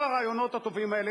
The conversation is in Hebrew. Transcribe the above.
כל הרעיונות הטובים האלה,